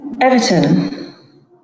Everton